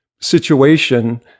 situation